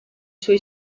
suoi